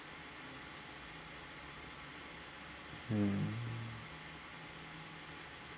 um